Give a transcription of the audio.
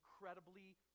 incredibly